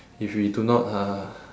if we do not uh